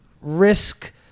risk